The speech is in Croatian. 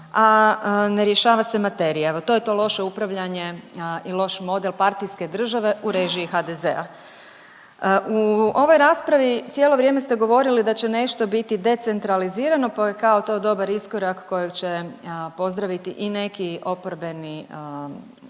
a ne rješava se materija. Evo to je to loše upravljanje i loš model partijske države u režiji HDZ-a. U ovoj raspravi cijelo vrijeme ste govorili da će nešto biti decentralizirano, pa je kao to dobar iskorak kojeg će pozdraviti i neki oporbeni